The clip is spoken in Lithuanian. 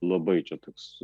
labai čia toks